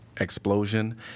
explosion